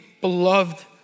beloved